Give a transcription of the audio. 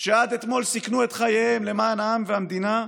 שעד אתמול סיכנו את חייהם למען העם והמדינה,